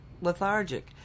Lethargic